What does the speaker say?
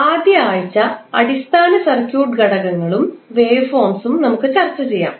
ആദ്യ ആഴ്ച അടിസ്ഥാന സർക്യൂട്ട് ഘടകങ്ങളും വേവ്ഫോം ഉം നമുക്ക് ചർച്ച ചെയ്യാം